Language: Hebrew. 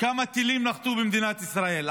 כמה טילים נחתו במדינת ישראל,